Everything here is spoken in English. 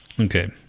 Okay